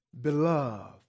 beloved